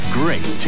great